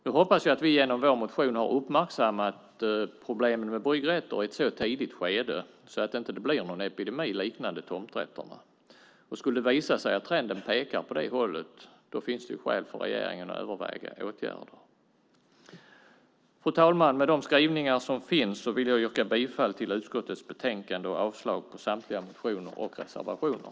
Jag hoppas att vi genom vår motion har uppmärksammat problemen med bryggrätter i ett så tidigt skede att det inte blir någon epidemi liknande tomträtterna. Skulle det visa sig att trenden pekar åt det hållet finns det skäl för regeringen att överväga åtgärder. Fru talman! Med de skrivningar som finns vill jag yrka bifall till förslaget i utskottets betänkande och avslag på samtliga motioner och reservationer.